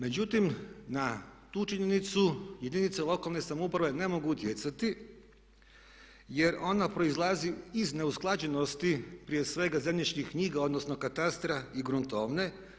Međutim, na tu činjenicu jedinice lokalne samouprave ne mogu utjecati jer ona proizlazi iz neusklađenosti prije svega zemljišnih knjiga, odnosno katastra i gruntovne.